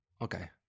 Okay